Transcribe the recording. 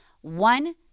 one